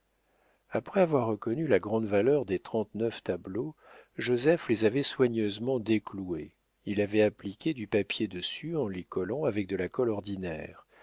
après avoir reconnu la grande valeur des trente-neuf tableaux joseph les avait soigneusement décloués il avait appliqué du papier dessus en l'y collant avec de la colle ordinaire